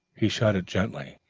he shut it gently,